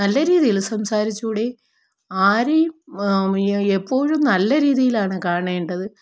നല്ല രീതിയിൽ സംസാരിച്ചു കൂടെ ആരെയും എപ്പോഴും നല്ല രീതിയിലാണ് കാണേണ്ടത്